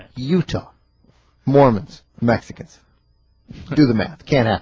utah mormons mexicans do the math camp